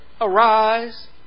Arise